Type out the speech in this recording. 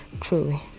truly